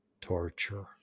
torture